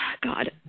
God